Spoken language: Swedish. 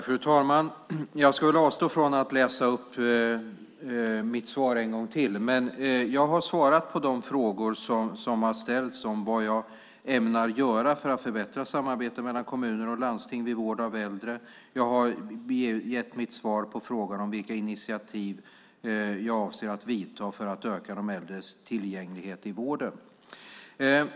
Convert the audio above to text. Fru talman! Jag ska avstå från att läsa upp mitt svar en gång till. Jag har svarat på de frågor som har ställts om vad jag ämnar göra för att förbättra samarbetet mellan kommuner och landsting vid vård av äldre. Jag har gett mitt svar på frågan om vilka initiativ jag avser att ta för att öka de äldres tillgänglighet i vården.